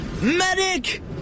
Medic